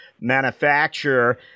manufacturer